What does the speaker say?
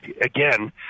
again